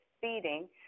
feeding